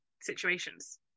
situations